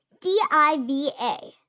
D-I-V-A